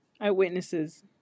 Eyewitnesses